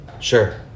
Sure